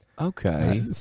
Okay